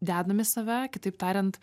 dedam į save kitaip tariant